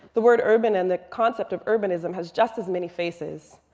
the word urban and the concept of urbanism has just as many faces.